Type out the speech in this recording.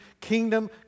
kingdom